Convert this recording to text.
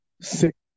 six